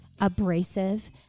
abrasive